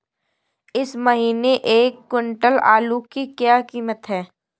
इस महीने एक क्विंटल आलू की क्या कीमत है?